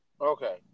Okay